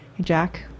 Jack